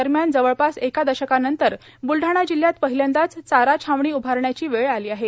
दरम्यान जवळपास एका दशकानंतर ब्लडाणा जिल्ह्यात पहिल्यांदाच चारा छावणी उभारण्याची वेळ आली आहे